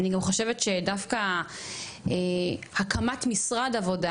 אני גם חושבת שדווקא הקמת משרד עבודה,